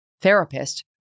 therapist